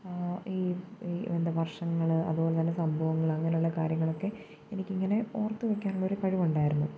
ഈ ഈ എന്താണ് വർഷങ്ങൾ അതുപോലെ തന്നെ സംഭവങ്ങൾ അങ്ങനെയുള്ള കാര്യങ്ങളൊക്കെ എനിക്ക് ഇങ്ങനെ ഓർത്ത് വയ്ക്കാനുള്ള ഒരു കഴിവുണ്ടായിരുന്നു